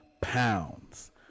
pounds